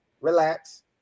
Relax